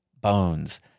Bones